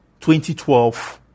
2012